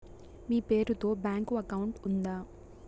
మీ పేరు తో bank account ఉందా?